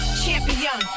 champion